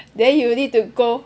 then you need to go